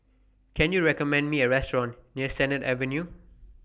Can YOU recommend Me A Restaurant near Sennett Avenue